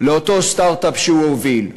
לאותו סטרט-אפ שהוא הוביל.